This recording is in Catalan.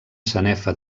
sanefa